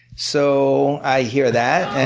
so i hear that,